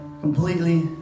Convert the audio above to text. completely